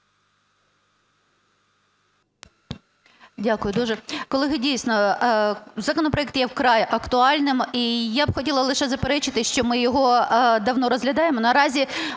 Дякую дуже. Колеги, дійсно, законопроект є вкрай актуальним і я б хотіла лише заперечити, що ми його давно розглядаємо.